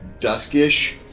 duskish